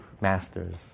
masters